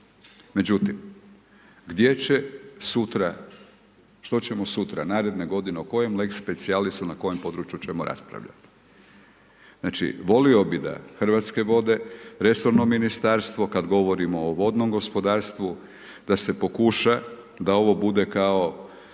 Međutim, gdje će sutra, što ćemo sutra, naredne godine, o kojem lex specialisu na kojem području ćemo raspravljati. Znači, volio bih da Hrvatske vode, resorno ministarstvo, kada govorimo o vodnom gospodarstvu da se pokuša da ovo bude kao